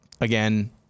again